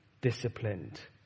disciplined